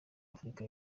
afrika